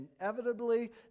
inevitably